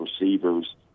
receivers